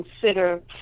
consider